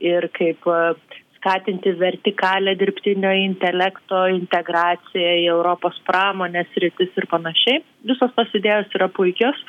ir kaip skatinti vertikalią dirbtinio intelekto integraciją į europos pramonės sritis ir panašiai visos tos idėjos yra puikios